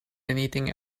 anything